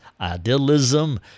idealism